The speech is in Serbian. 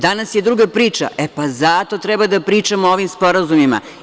Danas je druga priča, pa zato treba da pričamo o ovim sporazumima.